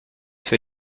für